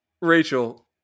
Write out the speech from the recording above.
Rachel